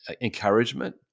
encouragement